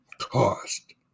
cost